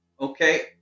okay